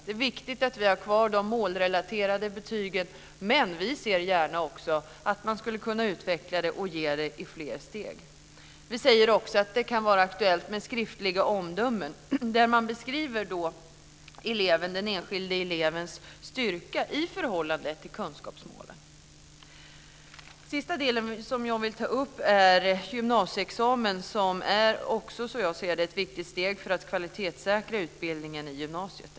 Det är viktigt att vi har kvar de målrelaterade betygen, men vi ser också gärna att man skulle kunna utveckla dem och ge betyg i fler steg. Vi säger också i reservationen att det kan vara aktuellt med skriftliga omdömen där man beskriver den enskilde elevens styrka i förhållande till kunskapsmålen. Till sist vill jag ta upp gymnasieexamen. Den är också ett viktigt steg för att kvalitetssäkra utbildningen i gymnasiet.